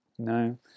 No